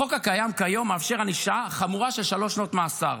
החוק הקיים כיום מאפשר ענישה חמורה של שלוש שנות מאסר,